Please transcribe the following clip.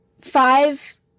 five